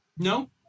No